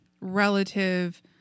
relative